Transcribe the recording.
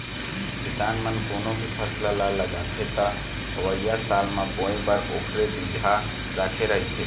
किसान मन कोनो भी फसल ल लगाथे त अवइया साल म बोए बर ओखरे बिजहा राखे रहिथे